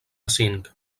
cinc